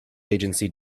agency